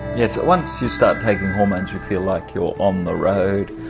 yes, once you start taking hormones you feel like you're on the road,